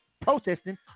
protesting